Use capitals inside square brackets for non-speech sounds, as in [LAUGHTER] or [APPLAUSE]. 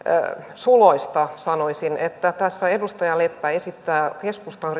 suloista sanoisin että tässä edustaja leppä esittää keskustan [UNINTELLIGIBLE]